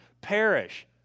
perish